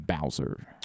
bowser